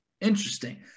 Interesting